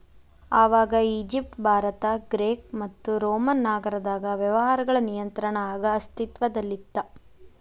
ಆವಾಗ Egypt Bharat Greek ಮತ್ತು Roman ನಾಗರದಾಗ ವ್ಯವಹಾರಗಳ ನಿಯಂತ್ರಣ ಆಗ ಅಸ್ತಿತ್ವದಲ್ಲಿತ್ತ